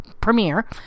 premiere